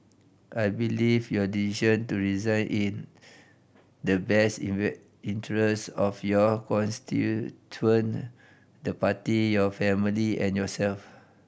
I believe your decision to resign in the best interest of your constituent the Party your family and yourself